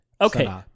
Okay